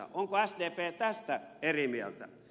onko sdp tästä eri mieltä